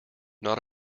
not